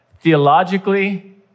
theologically